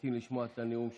שממתין לשמוע את הנאום שלך.